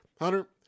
Hunter